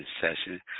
session